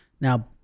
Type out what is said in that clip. now